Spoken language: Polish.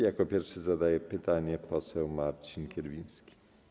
Jako pierwszy zadaje pytanie poseł Marcin Kierwiński.